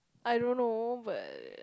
I don't know but